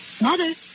Mother